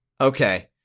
okay